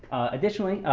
additionally,